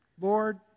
Lord